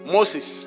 Moses